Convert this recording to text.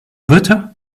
butter